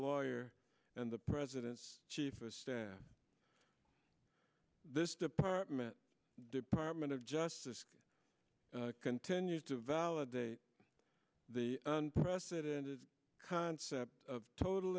lawyer and the president's chief of staff this department department of justice continues to validate the unprecedented concept of total